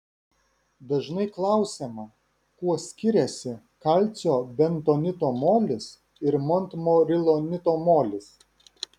dažnai klausiama kuo skiriasi kalcio bentonito molis ir montmorilonito molis